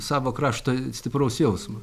savo krašto stipraus jausmo